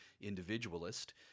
individualist